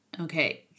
Okay